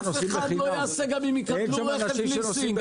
אף אחד לא יעשה גם אם יקבלו רכב ליסינג.